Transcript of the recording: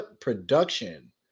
production